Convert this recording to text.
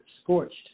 scorched